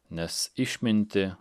nes išmintį